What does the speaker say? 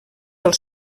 els